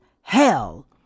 hell